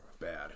Bad